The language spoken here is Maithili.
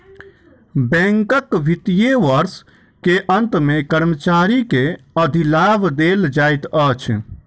बैंकक वित्तीय वर्ष के अंत मे कर्मचारी के अधिलाभ देल जाइत अछि